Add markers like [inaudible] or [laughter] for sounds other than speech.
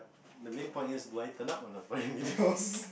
the main point is do I turn up or not for remedials [laughs]